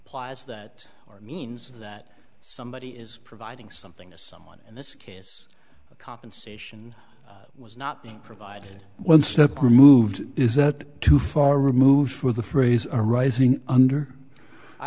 mean plies that means that somebody is providing something to someone in this case a compensation was not being provided one step removed is that too far removed for the phrase are rising under i